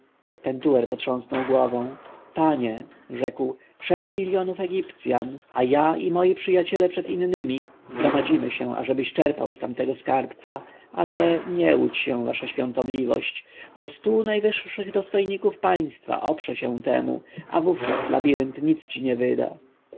pentuer potrząsnął głową panie rzekł sześć miljonów egipcjan a ja i moi przyjaciele przed innymi zgodzimy się żebyś czerpał z tamtego skarbca ale nie łudź się wasza świątobliwość bo stu najwyższych dostojników państwa oprze się temu a wówczas labirynt nic nie wyda